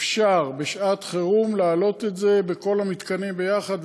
אפשר בשעת חירום להעלות את זה בכל המתקנים יחד,